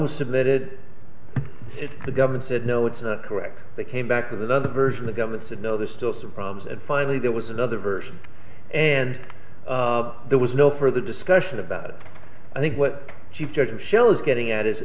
was submitted it the government said no it's not correct they came back with another version the government said no there's still some problems and finally there was another version and there was no further discussion about it i think what she said and shell is getting at is